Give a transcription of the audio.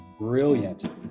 brilliant